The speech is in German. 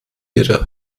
ihre